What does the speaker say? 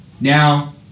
Now